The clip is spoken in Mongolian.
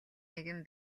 нэгэн